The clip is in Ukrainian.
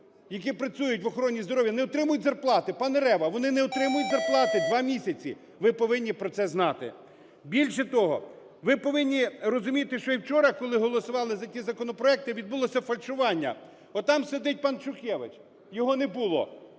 які працюють в охороні здоров'я, не отримують зарплати. Пане Рева, вони не отримують зарплати 2 місяці! Ви повинні про це знати. Більше того, ви повинні розуміти, що і вчора, коли голосували за ті законопроекти, відбулося фальшування. Отам сидить пан Шухевич, його не було,